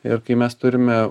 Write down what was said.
ir kai mes turime